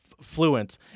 fluent